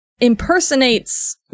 impersonates